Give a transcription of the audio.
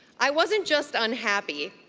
i wasn't just unhappy,